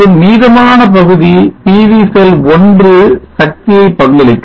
மற்றும் மீதமான பகுதி PV செல் 1சக்தியை பங்களிக்கும்